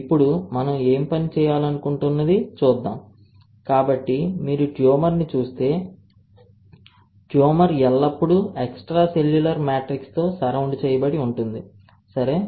ఇప్పుడు మనం ఏం పని చేయాలనుకుంటున్నది చూద్దాం కాబట్టి మీరు ట్యూమర్ని చూస్తే ట్యూమర్ ఎల్లప్పుడూ ఎక్స్ట్రాసెల్యులర్ మ్యాట్రిక్స్ తో సరౌండ్ చేయబడి ఉంటుంది సరే